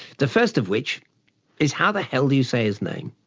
the first of which is how the hell do you say his name?